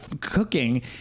Cooking